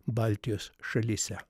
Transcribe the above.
baltijos šalyse